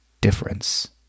difference